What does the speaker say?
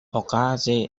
okaze